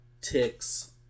ticks